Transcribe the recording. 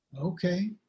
Okay